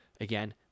Again